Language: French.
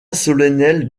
solennel